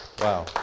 wow